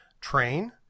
Train